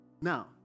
Now